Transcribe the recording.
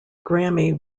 grammy